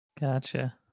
Gotcha